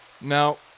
Now